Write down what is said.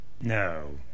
No